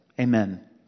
Amen